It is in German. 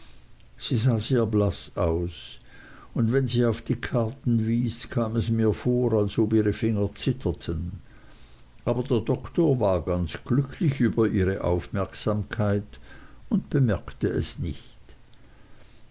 sie sah sehr blaß aus und wenn sie auf die karten wies kam es mir vor als ob ihre finger zitterten aber der doktor war ganz glücklich über ihre aufmerksamkeit und bemerkte es nicht